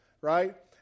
right